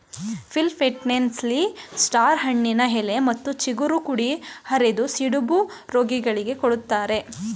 ಫಿಲಿಪ್ಪೈನ್ಸ್ನಲ್ಲಿ star ಹಣ್ಣಿನ ಎಲೆ ಮತ್ತು ಚಿಗುರು ಕುಡಿ ಅರೆದು ಸಿಡುಬು ರೋಗಿಗಳಿಗೆ ಕೊಡ್ತಾರೆ